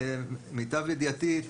למיטב ידיעתי,